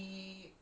okay